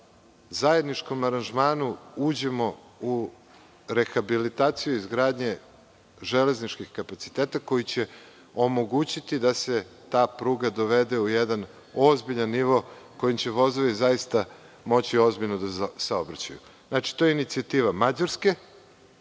zajedničkom aranžmanu uđemo u rehabilitaciju izgradnje železničkih kapaciteta koji će omogućiti da se ta pruga dovede u jedan ozbiljan nivo kojim će vozovi zaista moći ozbiljno da saobraćaju. To je inicijativa Mađarske,